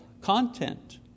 content